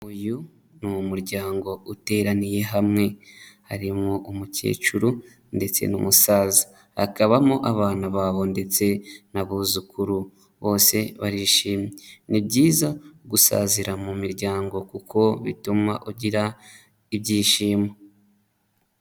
Uyu ni umuryango uteraniye hamwe harimo umukecuru ndetse n'umusaza hakabamo abana babo ndetse n'abuzukuru bose barishimye ni byiza gusazira mu miryango kuko bituma ugira ibyishimo.